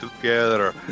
together